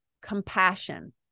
compassion